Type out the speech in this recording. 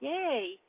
Yay